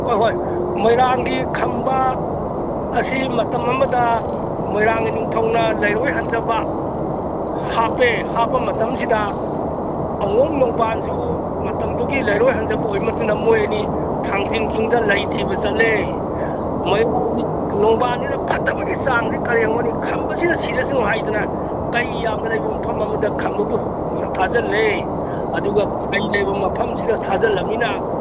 ꯍꯣꯏ ꯍꯣꯏ ꯃꯣꯏꯔꯥꯡꯒꯤ ꯈꯝꯕ ꯑꯁꯤ ꯃꯇꯝ ꯑꯃꯗ ꯃꯣꯏꯔꯥꯡꯒꯤ ꯅꯤꯡꯊꯧꯅ ꯂꯩꯔꯣꯏꯍꯟꯖꯕ ꯍꯥꯞꯄꯦ ꯍꯥꯞꯄ ꯃꯇꯝꯁꯤꯗ ꯑꯉꯣꯝ ꯅꯣꯡꯕꯥꯟꯁꯨ ꯃꯇꯝꯗꯨꯒꯤ ꯂꯩꯔꯣꯏꯍꯟꯖꯕ ꯑꯣꯏꯔ ꯃꯗꯨꯅ ꯃꯣꯏ ꯑꯅꯤ ꯊꯥꯡꯖꯤꯡ ꯆꯤꯡꯗ ꯂꯩ ꯊꯤꯕ ꯆꯠꯂꯦ ꯃꯣꯏꯔꯥꯡꯒꯤ ꯅꯣꯡꯕꯥꯟꯁꯤꯅ ꯐꯠꯇꯕꯒꯤ ꯆꯥꯡꯁꯦ ꯀꯩꯗꯧꯔꯨꯅꯤ ꯈꯝꯕꯁꯤꯇ ꯁꯤꯔꯁꯅꯨ ꯍꯥꯏꯗꯅ ꯀꯩ ꯌꯥꯝꯅ ꯂꯩꯕ ꯃꯐꯝ ꯑꯃꯗ ꯈꯝꯕꯕꯨ ꯊꯥꯖꯜꯂꯦ ꯑꯗꯨꯒ ꯀꯩ ꯂꯩꯕ ꯃꯐꯝꯁꯤꯗ ꯊꯥꯖꯜꯂꯃꯤꯅ